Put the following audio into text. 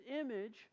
image